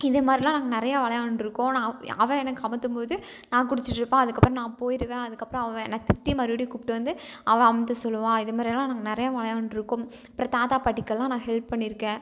இதேமாதிரில்லாம் நாங்கள் நிறையா விளையாண்டுருக்கோம் அவள் எனக்கு அமுத்தும்போது நான் குடிச்சிட்டிருப்பேன் அதுக்கப்பறம் நான் போயிடுவேன் அதுக்கப்பறம் அவள் என்னை திட்டி மறுபடியும் கூப்ட்டு வந்து அவள் அழுத்த சொல்லுவா இதமாரியெல்லாம் நாங்கள் நிறையா விளையாண்டுருக்கோம் அப்புறம் தாத்தா பாட்டிக்கெல்லாம் நான் ஹெல்ப் பண்ணியிருக்கேன்